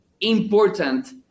important